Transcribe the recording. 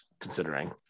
considering